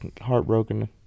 heartbroken